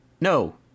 No